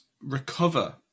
recover